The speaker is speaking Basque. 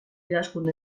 idazkun